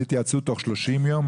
התייעצות תוך 30 יום,